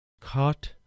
caught